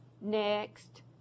next